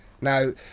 Now